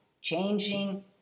changing